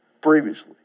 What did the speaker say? previously